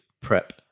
prep